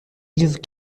livres